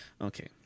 Okay